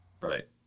Right